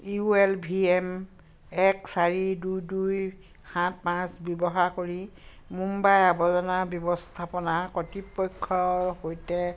U L V M এক চাৰি দুই দুই সাত পাঁচ ব্যৱহাৰ কৰি মুম্বাই আৱৰ্জনা ব্যৱস্থাপনা কৰ্তৃপক্ষৰ সৈতে